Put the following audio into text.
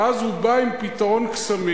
ואז הוא בא עם פתרון קסמים